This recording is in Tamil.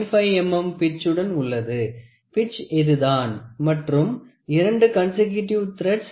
5 mm பிட்ச்சுடன் உள்ளது பிட்ச்சு இதுதான் மற்றும் இரண்டு கன்சிகிடிவ் திரெட்ஸ்